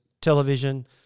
television